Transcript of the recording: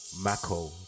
Mako